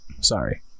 Sorry